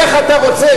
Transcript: איך אתה רוצה,